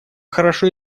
хорошо